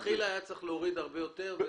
אתה אומר שמלכתחילה היה צריך להוריד הרבה יותר.